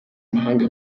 mahanga